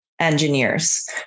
engineers